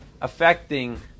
affecting